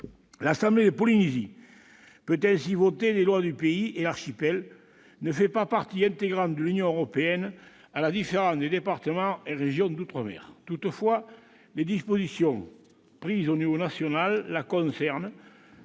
L'assemblée de Polynésie peut ainsi voter des lois du pays, et l'archipel ne fait pas partie intégrante de l'Union européenne, à la différence des départements et régions d'outre-mer. Toutefois, les dispositions prises à l'échelle nationale et concernant